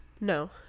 No